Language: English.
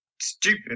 stupid